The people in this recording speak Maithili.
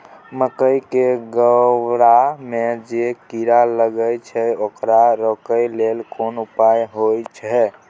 मकई के गबहा में जे कीरा लागय छै ओकरा रोके लेल कोन उपाय होय है?